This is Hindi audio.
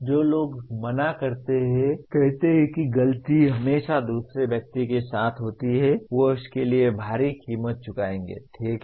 जो लोग मना करते हैं कहते हैं कि गलती हमेशा दूसरे व्यक्ति के साथ होती है वे उसके लिए भारी कीमत चुकायेंगे ठीक है